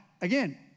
again